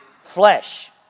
flesh